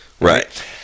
right